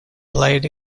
played